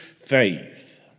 faith